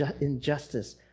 injustice